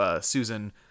Susan